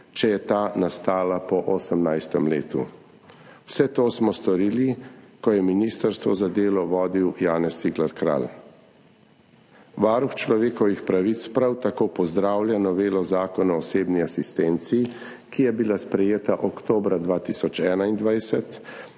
če je ta nastala po 18. letu. Vse to smo storili, ko je ministrstvo za delo vodil Janez Cigler Kralj. Varuh človekovih pravic prav tako pozdravlja novelo Zakona o osebni asistenci, ki je bila sprejeta oktobra 2021,